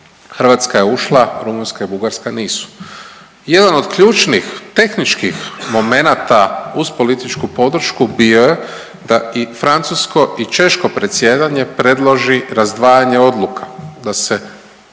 Hrvatska je ušla, Rumunjska i Bugarska nisu. Jedan od ključnih tehničkih momenata uz političku podršku bio je da i francusko i češko predsjedanje predloži razdvajanja odluka, da se